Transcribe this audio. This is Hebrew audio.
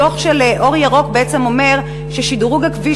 דוח של "אור ירוק" אומר ששדרוג הכביש